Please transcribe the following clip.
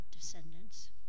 descendants